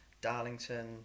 Darlington